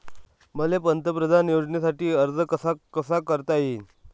मले पंतप्रधान योजनेसाठी अर्ज कसा कसा करता येईन?